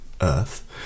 earth